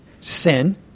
Sin